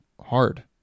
hard